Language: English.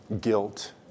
guilt